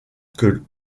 que